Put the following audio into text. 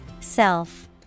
Self